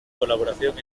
colaboración